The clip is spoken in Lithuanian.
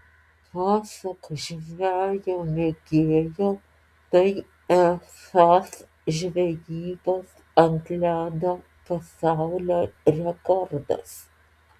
pasak žvejo mėgėjo tai esąs žvejybos ant ledo pasaulio rekordas